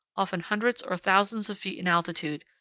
often hundreds or thousands of feet in altitude,